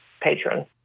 patron